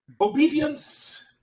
Obedience